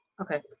Okay